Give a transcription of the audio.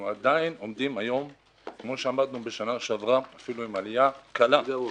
אנחנו עדיין עומדים היום כפי שעמדנו בשנה שעברה - אפילו עם עלייה קלה.